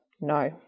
No